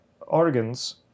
organs